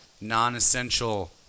non-essential